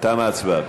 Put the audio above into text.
תמה ההצבעה.